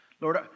Lord